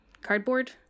cardboard